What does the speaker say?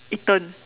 eaten